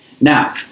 Now